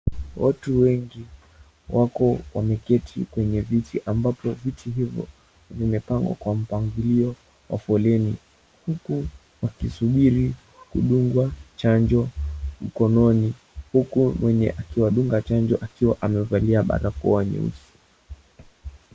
Watu wengi wako wameketi kwenye viti ambapo viti hivo vimepangwa kwa mpangilio wa foleni, huku wakisubiri kudungwa chanjo mkononi, huku mwenye akiwadunga chanjo akiwa amevalia barakoa nyeusi.